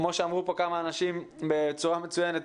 כמו שאמרו כאן כמה אנשים בצורה מצוינת,